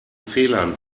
fehlern